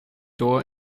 door